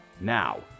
Now